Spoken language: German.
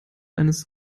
eines